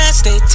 stay